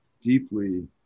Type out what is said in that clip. deeply